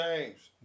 James